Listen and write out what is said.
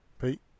Pete